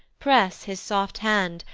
press his soft hand,